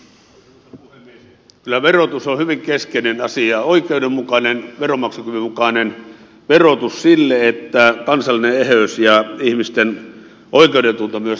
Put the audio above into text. kyllä verotus oikeudenmukainen veronmaksukyvyn mukainen verotus on hyvin keskeinen asia sille että kansallinen eheys ja myös ihmisten oikeudentunto täyttyvät